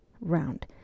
round